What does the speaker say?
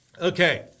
Okay